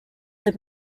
that